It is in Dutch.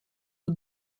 dat